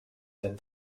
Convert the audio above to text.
that